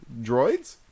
droids